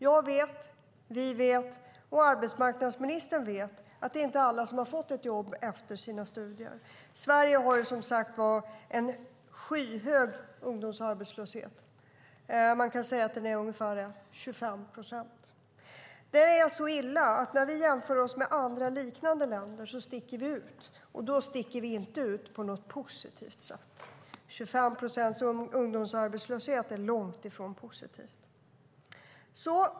Jag vet, vi vet och arbetsmarknadsministern vet att det inte är alla som har fått ett jobb efter sina studier. Sverige har, som sagt, en skyhög ungdomsarbetslöshet. Man kan säga att den är ungefär 25 procent. Det är så illa att när vi jämför oss med andra, liknande länder sticker vi ut, och då sticker vi inte ut på något positivt sätt. 25 procent ungdomsarbetslöshet är långt ifrån positivt.